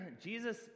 Jesus